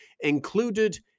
included